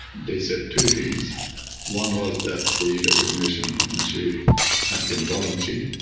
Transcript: they said two things one was that the resignation of nasheed had been voluntary,